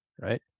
right